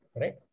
Right